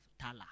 Tala